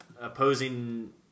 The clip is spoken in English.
opposing